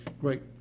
great